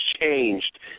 changed